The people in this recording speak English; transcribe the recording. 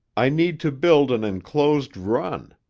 i need to build an enclosed run.